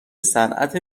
صنعت